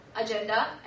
agenda